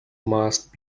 must